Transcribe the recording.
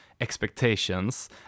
expectations